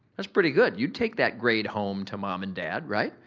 that's pretty good. you'd take that grade home to mom and dad, right?